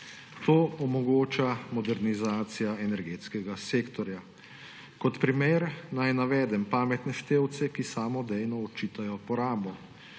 To omogoča modernizacija energetskega sektorja. Kot primer naj navedem pametne števce, ki samodejno odčitajo porabo.